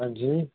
हां जी